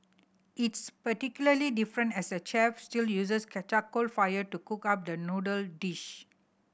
it's particularly different as the chef still uses charcoal fire to cook up the noodle dish